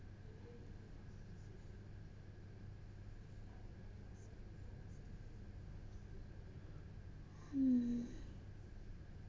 mm